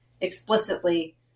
explicitly